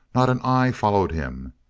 not an eye followed him.